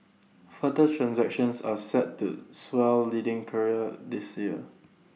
further transactions are set to swell leading carrier this year